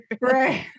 right